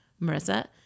Marissa